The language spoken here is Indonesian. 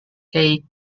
keik